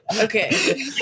Okay